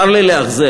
צר לי לאכזב,